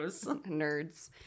nerds